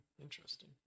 Interesting